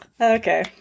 Okay